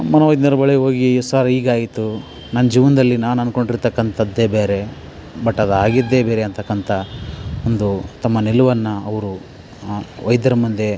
ಮನೋವೈಜ್ಞರ ಬಳಿ ಹೋಗಿ ಸಾರ್ ಹೀಗಾಯಿತು ನನ್ನ ಜೀವನದಲ್ಲಿ ನಾನು ಅಂದುಕೊಂಡಿರ್ತಕ್ಕಂತದ್ದೆ ಬೇರೆ ಬಟ್ ಅದಾಗಿದ್ದೆ ಬೇರೆ ಅಂತಕ್ಕಂತ ಒಂದು ತಮ್ಮ ನಿಲುವನ್ನು ಅವರು ವೈದ್ಯರ ಮುಂದೆ